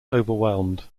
overwhelmed